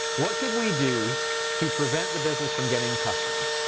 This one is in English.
what could we do to prevent the business from getting customers?